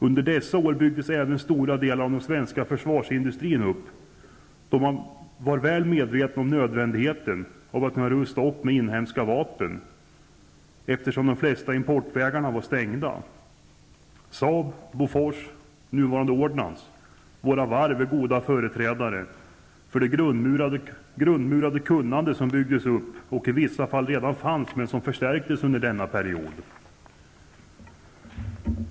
Under dessa år byggdes även stora delar av den svenska försvarsindustrin upp. Man var väl medveten om nödvändigheten av att kunna rusta upp med inhemska vapen, eftersom de flesta importvägarna var stängda. Saab, Bofors -- nuvarande Swedish Ordnance -- och våra varv är goda företrädare för det grundmurade kunnande som byggdes upp och i vissa fall redan fanns, men som förstärktes under denna period.